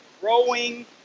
growing